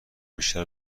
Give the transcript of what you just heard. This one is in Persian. بیشتر